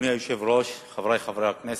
אדוני היושב-ראש, חברי חברי הכנסת,